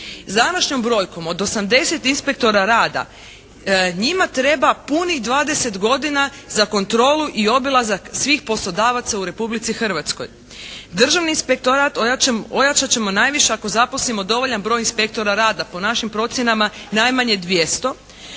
današnjom brojkom od 80 inspektora rada njima treba punih 20 godina za kontrolu i obilazak svih poslodavaca u Republici Hrvatskoj. Državni inspektorat ojačat ćemo najviše ako zaposlimo dovoljan broj inspektora rada. Po našim procjenama najmanje 200.